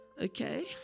okay